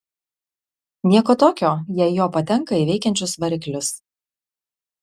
nieko tokio jei jo patenka į veikiančius variklius